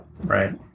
Right